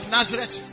Nazareth